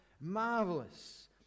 marvelous